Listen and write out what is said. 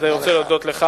אני רוצה להודות לך.